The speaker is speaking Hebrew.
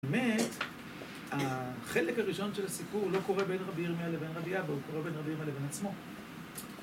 באמת, החלק הראשון של הסיפור לא קורה בין רבי ירמיה לבין רבי אבהו, הוא קורה בין רבי ירמיה לבין עצמו.